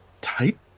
tight